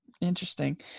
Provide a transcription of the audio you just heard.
interesting